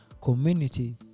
community